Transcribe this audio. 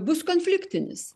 bus konfliktinis